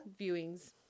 viewings